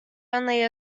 only